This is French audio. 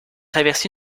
traverser